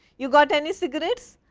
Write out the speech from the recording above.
you got any cigarettes,